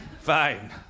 fine